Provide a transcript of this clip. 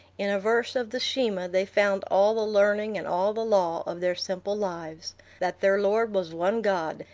in a verse of the shema they found all the learning and all the law of their simple lives that their lord was one god,